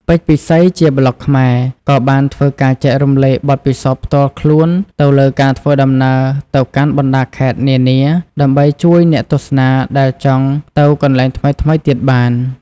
ពេជ្រ ពិសីជាប្លុកខ្មែរ ក៏បានធ្វើការចែករំលែកបទពិសោធន៍ផ្ទាល់ខ្លួនទៅលើការធ្វើដំណើរទៅកាន់បណ្ដាខេត្តនានា ដើម្បីជួយអ្នកទស្សនាដែលចង់ទៅកន្លែងថ្មីៗទៀតបាន។